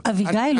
אביגיל,